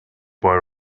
boy